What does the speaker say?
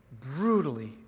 brutally